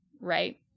right